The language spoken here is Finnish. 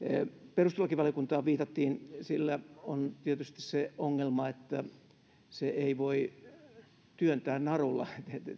perustuslakivaliokuntaan viitattiin sillä on tietysti se ongelma että se ei voi työntää narulla